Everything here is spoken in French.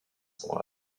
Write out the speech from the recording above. pendant